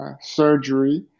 surgery